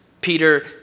Peter